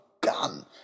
gun